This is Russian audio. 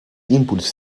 импульс